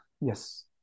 Yes